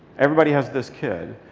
everybody has this kid.